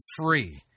free